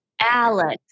Alex